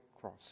cross